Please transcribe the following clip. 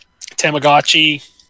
Tamagotchi